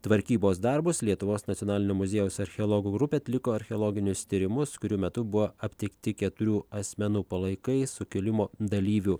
tvarkybos darbus lietuvos nacionalinio muziejaus archeologų grupė atliko archeologinius tyrimus kurių metu buvo aptikti keturių asmenų palaikai sukilimo dalyvių